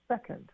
second